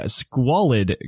squalid